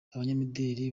abanyamideli